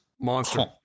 Monster